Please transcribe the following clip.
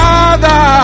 Father